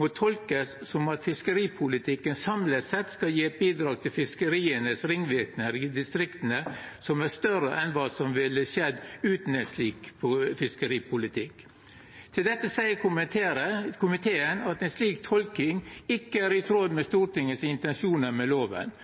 «må tolkes som at fiskeripolitikken samlet sett skal gi et bidrag til fiskerienes ringvirkninger i distriktene som er større enn hva som ville ha skjedd uten en slik fiskeripolitikk». Til dette seier komiteen at ei slik tolking «ikke er i tråd med Stortingets intensjoner med loven».